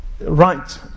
Right